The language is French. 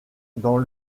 dans